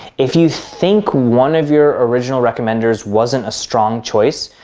if you think one of your original recommenders wasn't a strong choice,